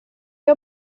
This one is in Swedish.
jag